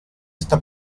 sta